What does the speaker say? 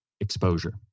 exposure